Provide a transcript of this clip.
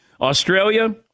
Australia